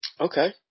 Okay